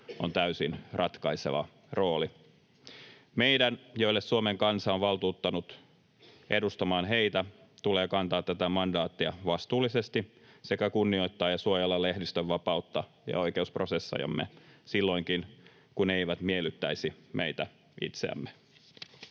on täysin ratkaiseva rooli. Meidän, jotka Suomen kansa on valtuuttanut edustamaan heitä, tulee kantaa tätä mandaattia vastuullisesti sekä kunnioittaa ja suojella lehdistönvapautta ja oikeusprosessejamme — silloinkin, kun ne eivät miellyttäisi meitä itseämme.